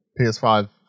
PS5